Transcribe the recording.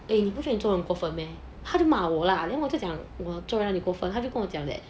eh 你不是做得很过份 meh 他就骂我啦 then 我就讲我做在那里过份他就跟我讲 that